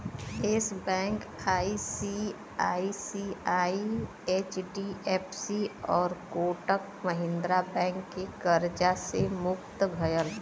yes Bank ICICI, HDFC आउर Kotak Mahindra bank के कर्जा से मुक्त भयल